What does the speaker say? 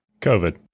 COVID